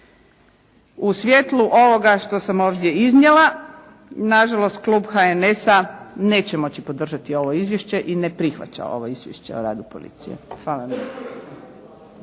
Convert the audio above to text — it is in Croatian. U svjetlu ovoga što sam ovdje iznijela, na žalost klub HNS-a neće moći podržati ovo izvješće i ne prihvaća ovo izvješće o radu policije. Hvala